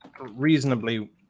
reasonably